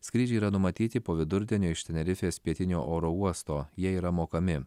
skrydžiai yra numatyti po vidurdienio iš tenerifės pietinio oro uosto jie yra mokami